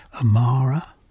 Amara